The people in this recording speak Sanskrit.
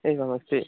एवमस्ति